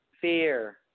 fear